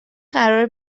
قراره